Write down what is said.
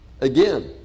Again